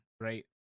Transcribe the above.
right